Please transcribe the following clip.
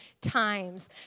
times